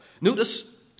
Notice